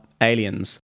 aliens